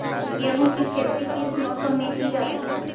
गेहूँ की खेती किस मौसम में की जाती है?